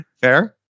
fair